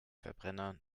verbrenner